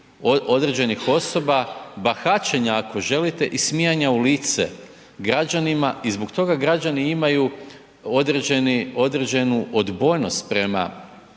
određenih osoba, bahaćenja ako želite i smijanja u lice građanima i zbog toga građani imaju određeni, određenu odbojnost prema,